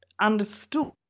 understood